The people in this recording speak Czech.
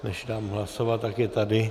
Než dám hlasovat, tak je tady.